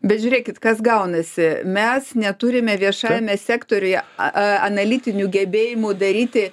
bet žiūrėkit kas gaunasi mes neturime viešajame sektoriuje a analitinių gebėjimų daryti